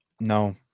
No